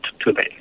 today